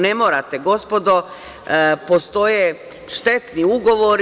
Ne morate, gospodo, postoje štetni ugovori.